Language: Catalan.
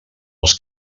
els